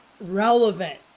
relevant